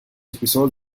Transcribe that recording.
episodios